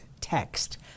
Text